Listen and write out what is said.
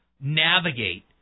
navigate